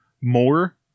more